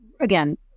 again